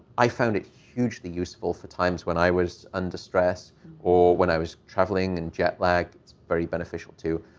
i found it hugely useful for times when i was under stress or when i was traveling and jetlag. it's very beneficial, too.